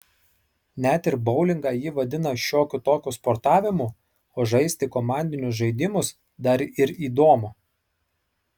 net ir boulingą ji vadina šiokiu tokiu sportavimu o žaisti komandinius žaidimus dar ir įdomu